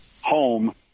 home